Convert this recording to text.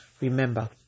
Remember